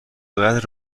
باید